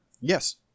Yes